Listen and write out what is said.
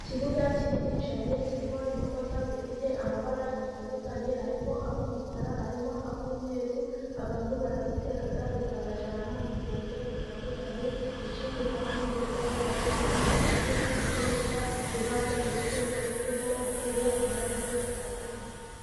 Ikibuga kinini cyane, kirimo imodoka zifite amabara atandukanye, harimo ay'umukara, harimo ay'umweru, abantu barazitega zikabajyana mu ngendo zitandukanye, kandi hirya yazo hari amazu ameze neza, yubatse mu buryo bugezweho, ateye amarange atandukanye.